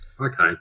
Okay